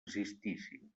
existissin